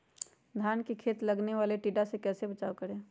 धान के खेत मे लगने वाले टिड्डा से कैसे बचाओ करें?